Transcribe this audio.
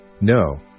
No